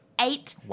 eight